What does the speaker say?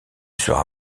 sera